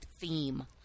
theme